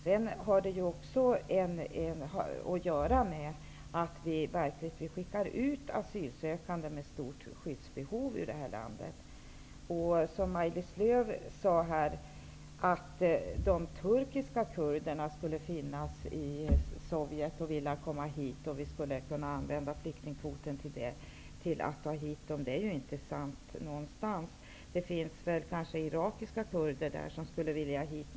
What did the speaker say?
Sedan har det också att göra med att vi skickar ut asylsökande med stort skyddsbehov ur det här landet. Maj-Lis Lööw sade att de turkiska kurderna skulle finnas i Sovjet och vilja komma hit. Vi skulle kunna använda flyktingkvoten till att ta hit dem. Det är ju inte sant. Det finns kanske irakiska kurder där som skulle vilja komma hit.